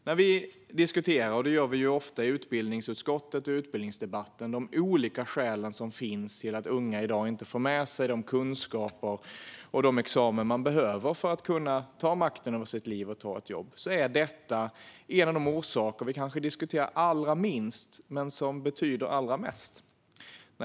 När vi diskuterar de olika skäl som finns till att unga i dag inte får med sig de kunskaper och de examina som de behöver för att kunna ta makten över sitt liv och ta ett jobb - det gör vi ofta i utbildningsutskottet och i utbildningsdebatter - är detta en av de orsaker som vi diskuterar allra minst men som betyder allra mest.